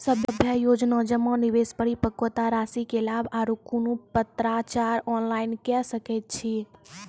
सभे योजना जमा, निवेश, परिपक्वता रासि के लाभ आर कुनू पत्राचार ऑनलाइन के सकैत छी?